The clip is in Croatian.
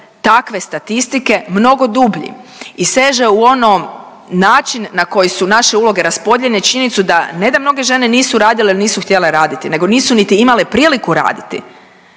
takve statistike mnogo dublji i seže u ono, način na koji su naše uloge raspodijeljene i činjenicu da ne da mnoge žene nisu radile jer nisu htjele raditi nego nisu niti imale priliku raditi,